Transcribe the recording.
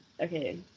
okay